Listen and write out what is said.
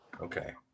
Okay